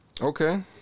Okay